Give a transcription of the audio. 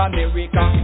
America